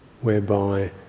whereby